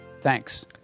Thanks